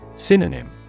Synonym